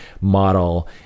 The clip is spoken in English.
model